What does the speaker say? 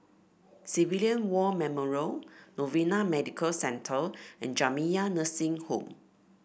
Civilian War Memorial Novena Medical Centre and Jamiyah Nursing Home